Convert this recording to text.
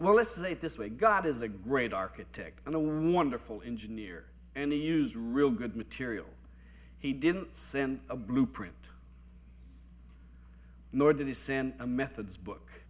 well let's look at this way god is a great architect and a wonderful engineer and he use real good material he didn't send a blueprint nor did he send a method's book